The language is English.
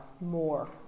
more